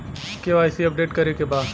KYC update करे के बा?